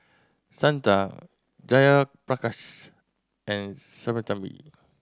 Santha Jayaprakash and Sinnathamby